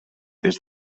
des